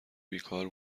بیکار